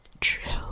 True